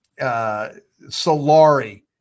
Solari